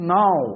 now